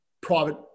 Private